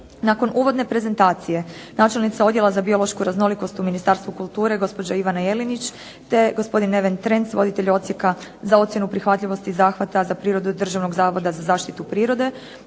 Nakon uvodne prezentacije načelnica Odjela za biološku raznolikost u Ministarstvu kulture, gospođa Ivana Jelinić te gospodin Neven Trenc, voditelj Odsjeka za ocjenu prihvatljivosti zahvata za prirodu Državnog zavoda za zaštitu prirode